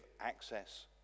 access